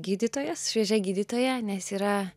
gydytojas šviežia gydytoja nes yra